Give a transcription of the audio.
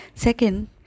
Second